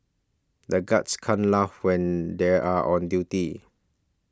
the guards can't laugh when they are on duty